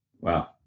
Wow